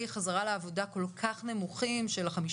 חזרה לעבודה כל כך נמוכים של 15%,